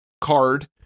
card